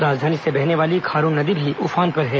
राजधानी से बहने वाली खारून नदी भी उफान पर हैं